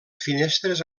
finestres